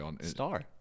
Star